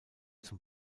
zum